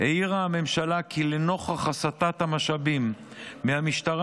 העירה הממשלה כי לנוכח הסטת המשאבים מהמשטרה